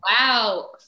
wow